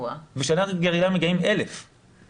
בשנה רגילה מגיעות 1,000 בקשות.